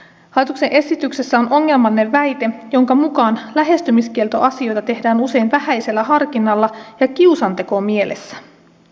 hallituksen esityksessä on ongelmallinen väite jonka mukaan lähestymiskieltoasioita tehdään usein vähäisellä harkinnalla ja kiusantekomielessä